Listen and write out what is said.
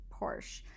Porsche